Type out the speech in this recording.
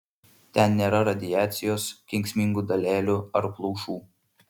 ten nėra radiacijos kenksmingų dalelių ar plaušų